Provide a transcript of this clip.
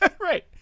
Right